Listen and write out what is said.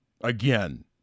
again